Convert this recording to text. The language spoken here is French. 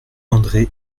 andré